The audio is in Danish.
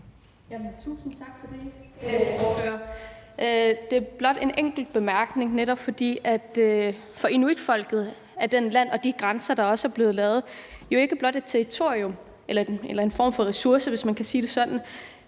Tusind tak for det, ordfører. Det er blot en enkelt bemærkning. For inuitfolket er det land og de grænser, der er blevet lavet, jo ikke blot et territorium eller en form for ressource, hvis man kan sige det sådan.